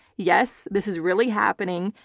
yes, this is really happening,